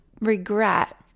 regret